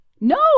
No